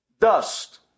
Dust